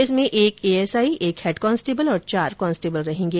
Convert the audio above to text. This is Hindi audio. इसमें एक एएसआई एक हैड कान्स्टेबल और चार कॉन्स्टेबल रहेगें